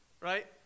right